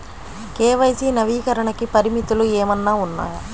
KYC నవీకరణకి పరిమితులు ఏమన్నా ఉన్నాయా?